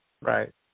right